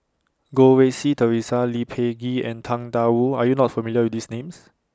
Goh Rui Si Theresa Lee Peh Gee and Tang DA Wu Are YOU not familiar with These Names